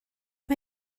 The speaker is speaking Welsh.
mae